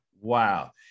Wow